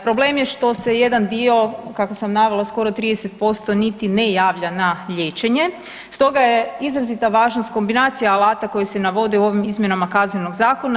Problem je što se jedan dio, kako sam navela skoro 30% niti ne javlja na liječenje, stoga je izrazita važnost kombinacije alata koji se navode u ovim izmjenama Kaznenog zakona.